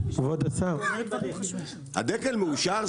הדקל מאושר?